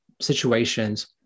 situations